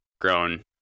grown